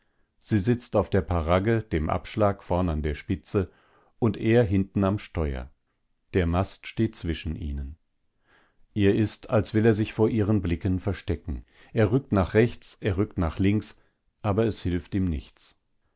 sie sitzt auf der paragge dem abschlag vorn an der spitze und er hinten am steuer der mast steht zwischen ihnen ihr ist als will er sich vor ihren blicken verstecken er rückt nach rechts er rückt nach links aber es hilft ihm nichts